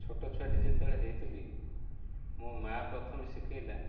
ଛୋଟଛୁଆଟି ଯେତେବେଳେ ହୋଇଥିଲି ମୋ ମା ପ୍ରଥମେ ଶିଖାଇଲା